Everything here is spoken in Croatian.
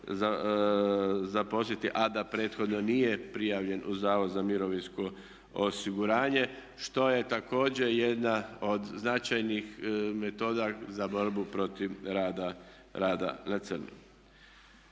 zaposliti a da prethodno nije prijavljen u Zavod za mirovinsko osiguranje što je također jedna od značajnih metoda za borbu protiv rada na crno.